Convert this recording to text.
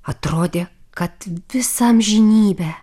atrodė kad visą amžinybę